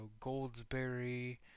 goldsberry